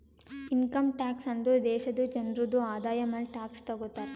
income tax ಅಂದುರ್ ದೇಶಾದು ಜನ್ರುದು ಆದಾಯ ಮ್ಯಾಲ ಟ್ಯಾಕ್ಸ್ ತಗೊತಾರ್